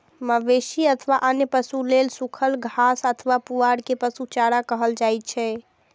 मवेशी अथवा अन्य पशु लेल सूखल घास अथवा पुआर कें पशु चारा कहल जाइ छै